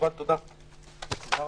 ננעלה בשעה 13:40.